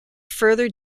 further